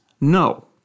No